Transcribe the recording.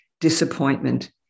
disappointment